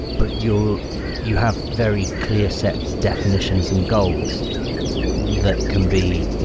but you you have very clear set definitions and goals that can be